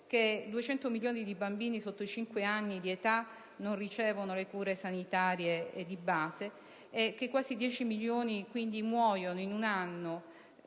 che 200 milioni di bambini sotto i cinque anni di età non ricevono le cure sanitarie di base, che quasi 10 milioni di loro muoiono in un anno,